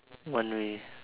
one way